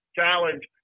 challenge